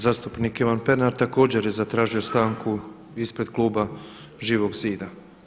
Zastupnik Ivan Pernar također je zatražio stanku ispred kluba Živog zida.